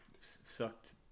sucked